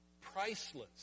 priceless